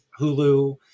Hulu